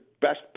best